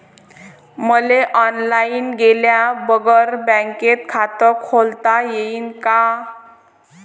मले ऑनलाईन गेल्या बगर बँकेत खात खोलता येईन का?